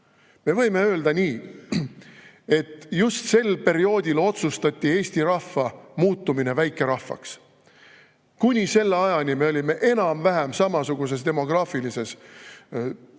Me võime öelda nii, et just sel perioodil otsustati Eesti rahva muutumine väikerahvaks. Kuni selle ajani me olime enam-vähem samasuguses demograafilises vormis